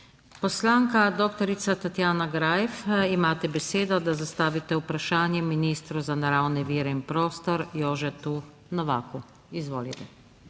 Poslanka dr. Tatjana Greif, imate besedo, da zastavite vprašanje ministru za naravne vire in prostor Jožetu Novaku. Izvolite.